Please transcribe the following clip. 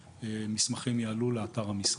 המסמכים יעלו לאתר המשרד.